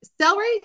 Celery